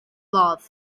ladd